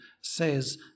says